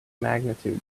magnitude